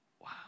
Wow